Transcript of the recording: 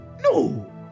no